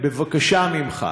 בבקשה ממך,